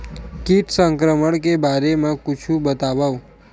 कीट संक्रमण के बारे म कुछु बतावव?